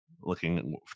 looking